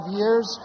years